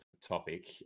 topic